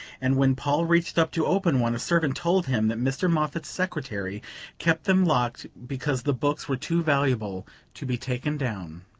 and when paul reached up to open one, a servant told him that mr. moffatt's secretary kept them locked because the books were too valuable to be taken down.